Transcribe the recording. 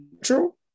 true